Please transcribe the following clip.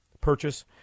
purchase